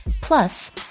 plus